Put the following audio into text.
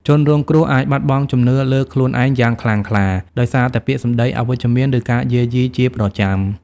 ជនរងគ្រោះអាច បាត់បង់ជំនឿលើខ្លួនឯងយ៉ាងខ្លាំងក្លា ដោយសារតែពាក្យសម្ដីអវិជ្ជមាន ឬការយាយីជាប្រចាំ។